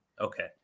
okay